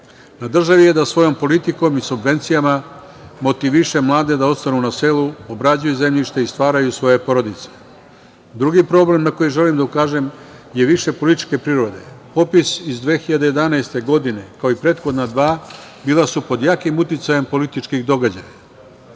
Na državi je da svojom politikom i subvencijama motiviše mlade da ostanu na selu, obrađuju zemljište i stvaraju svoje porodice. Drugi problem na koji želim da ukažem je više političke prirode. Popis iz 2011. godine, kao i prethodna dva, bila su pod jakim uticajem političkih događaja.